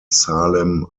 salem